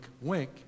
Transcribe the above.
wink